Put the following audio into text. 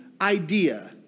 idea